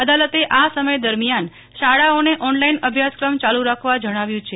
અદાલતે આ સમય દરમ્યાન શાળાઓને ઓનલાઈન અભ્યાસક્રમ ચાલુ રાખવા જણાવ્યું છે